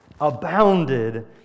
abounded